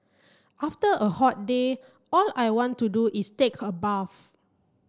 after a hot day all I want to do is take a bath